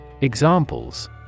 Examples